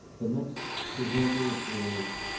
the next presenter is